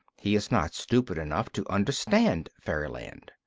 he is not stupid enough to understand fairyland.